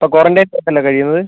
ഇപ്പോൾ ക്വാറൻറ്റീനിൽ അല്ലേ കഴിയുന്നത്